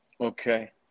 Okay